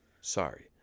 sorry